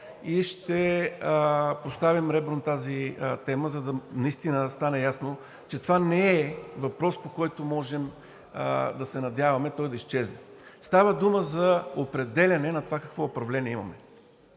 и ще поставим ребром тази тема, за да стане ясно наистина, че това не е въпрос, който можем да се надяваме да изчезне. Става дума за определяне на това какво управление имаме